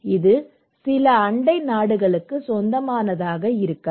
இது சில அண்டை நாடுகளுக்கு சொந்தமானதாக இருக்கலாம்